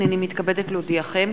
הנני מתכבדת להודיעכם,